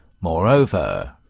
Moreover